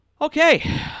Okay